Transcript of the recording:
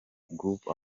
groove